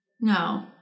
No